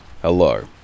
Hello